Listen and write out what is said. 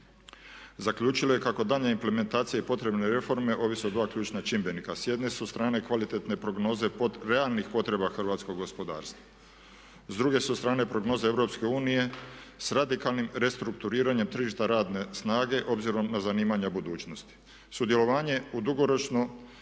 Zaključilo je kako daljnja implementacija i potrebne reforme ovise o dva ključna čimbenika. S jedne su strane kvalitetne prognoze realnih potreba hrvatskog gospodarstva. S druge su strane prognoze Europske unije s radikalnim restrukturiranjem tržišta radne snage obzirom na zanimanja budućnosti. Sudjelovanje u dugoročno